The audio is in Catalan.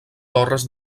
torres